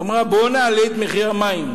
אמרה: בואו נעלה את מחיר המים,